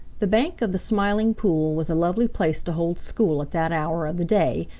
the bank of the smiling pool was a lovely place to hold school at that hour of the day,